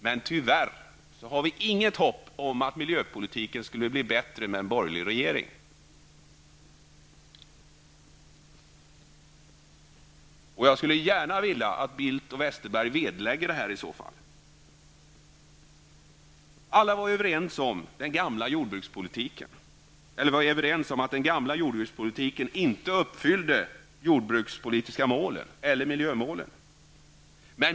Men tyvärr har vi inget hopp om att den skulle bli bättre med en borgerlig regering. Jag skulle gärna vilja att Carl Bildt och Bengt Westerberg i så fall vederlägger detta. Alla var överens om att den gamla jordbrukspolitiken inte uppfyllde de jordbrukspolitiska målen eller miljömålet.